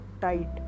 tight